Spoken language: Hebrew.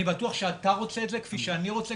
אני בטוח שאתה רוצה את זה כפי שאני רוצה,